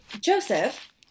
joseph